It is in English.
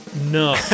No